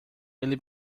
ele